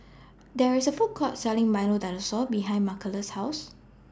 There IS A Food Court Selling Milo Dinosaur behind Marcellus' House